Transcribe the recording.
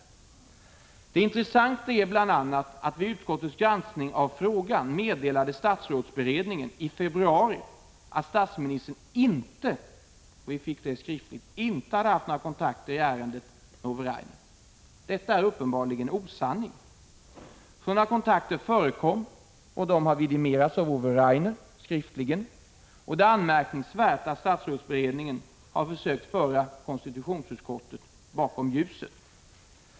ande direktör i halv Det intressanta är bl.a. att vid utskottets granskning av frågan meddelade = statligt företag statsrådsberedningen i februari att statsministern inte — vi fick skriftligt besked om detta — hade haft några kontakter i ärendet med Ove Rainer. Detta är uppenbarligen en osanning. Sådana kontakter förekom, och de har skriftligen vidimerats av Ove Rainer. Det är anmärkningsvärt att statsrådsberedningen har försökt föra konstitutionsutskottet bakom ljuset.